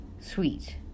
sweet